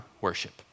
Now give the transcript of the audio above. worship